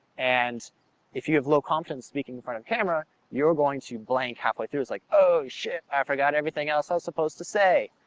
and if you have low confidence speaking in front of a camera you're going to blank halfway through, it's like oh shit i forgot everything else i was supposed to say.